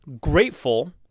grateful